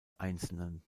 einzelnen